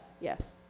yes